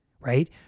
right